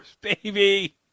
baby